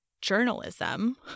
journalism